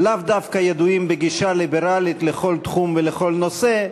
שהם לאו דווקא ידועים בגישה ליברלית לכל תחום ולכל נושא,